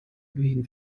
wen